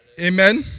Amen